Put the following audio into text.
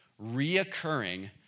reoccurring